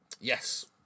yes